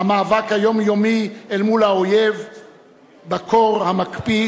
המאבק היומיומי אל מול האויב בקור המקפיא